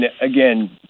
again